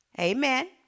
amen